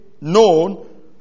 known